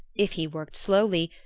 if he worked slowly,